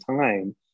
time